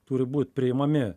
turi būt priimami